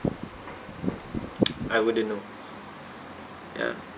I wouldn't know ya